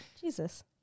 Jesus